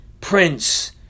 prince